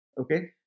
Okay